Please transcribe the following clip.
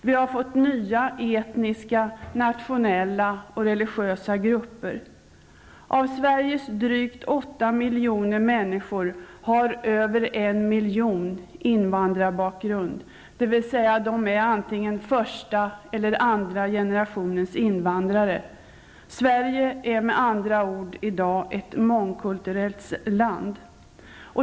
Vi har fått nya etniska, nationella och religiösa grupper. Av Sveriges drygt 8 miljoner människor har över 1 miljon invandrarbakgrund, dvs. de är antingen första eller andra generationens invandrare. Sverige är med andra ord i dag ett mångkulturellt land.